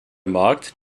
markt